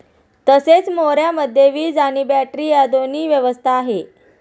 तसेच मोऱ्यामध्ये वीज आणि बॅटरी या दोन्हीची व्यवस्था आहे